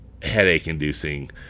headache-inducing